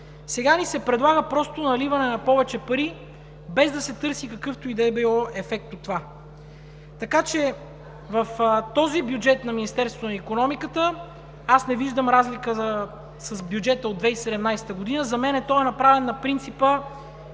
Сега ни се предлага просто наливане на повече пари, без да се търси какъвто и да е било ефект от това. Така че в този бюджет на Министерството на икономиката аз не виждам разлика с Бюджета от 2017 г. За мен той е направен на принципа